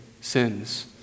sins